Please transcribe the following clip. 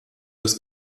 das